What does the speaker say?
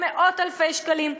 במאות-אלפי שקלים,